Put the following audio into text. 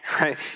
right